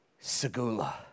Segula